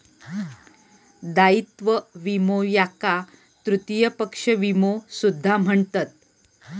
दायित्व विमो याका तृतीय पक्ष विमो सुद्धा म्हणतत